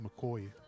McCoy